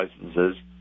licenses